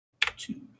Two